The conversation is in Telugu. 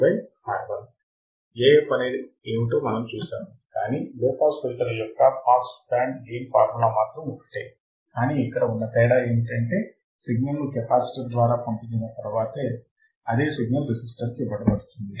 Af అనేది ఏమిటో మనం చూశాము కానీ లో పాస్ ఫిల్టర్ యొక్క పాస్ బ్యాండ్ గెయిన్ ఫార్ములా మాత్రము ఒక్కటే కానీ ఇక్కడ ఉన్న తేడా ఏమిటంటే సిగ్నల్ ను కెపాసిటర్ ద్వారా పంపించిన తరువాత అదే సిగ్నల్ రెసిస్టర్కు ఇవ్వబడుతుంది